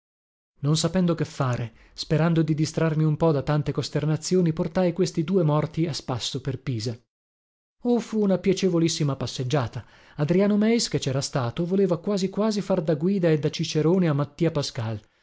non sapendo che fare sperando di distrarmi un po da tante costernazioni portai questi due morti a spasso per pisa oh fu una piacevolissima passeggiata adriano meis che cera stato voleva quasi quasi far da guida e da cicerone a mattia pascal